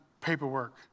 paperwork